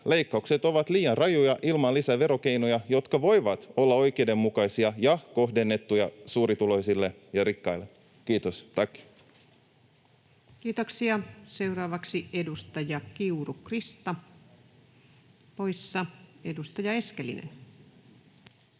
Leikkaukset ovat liian rajuja ilman lisäverokeinoja, jotka voivat olla oikeudenmukaisia ja kohdennettuja suurituloisille ja rikkaille. — Kiitos, tack. [Speech 144] Speaker: Ensimmäinen